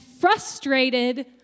frustrated